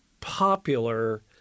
popular